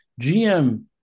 GM